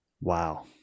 wow